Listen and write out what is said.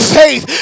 faith